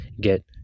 get